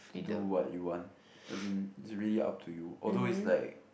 do what you want as in is really up to you although is like